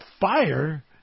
fire